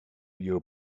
your